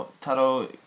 Taro